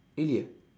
really ah